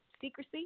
secrecy